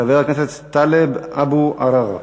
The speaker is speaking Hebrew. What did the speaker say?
חבר הכנסת טלב אבו עראר.